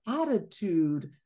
attitude